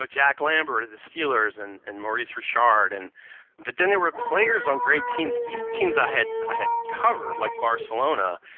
ah jack lambert of the steelers, and and maurice richard. and but then there were players on great teams, even teams i had i had covered like barcelona,